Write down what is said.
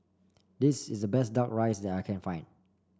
this is the best duck rice that I can find